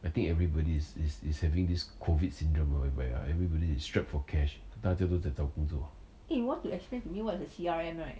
I think everybody is is is having this COVID syndrome uh where where everybody is strapped for cash 大家都在找工作